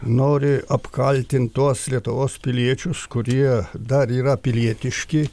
nori apkaltint tuos lietuvos piliečius kurie dar yra pilietiški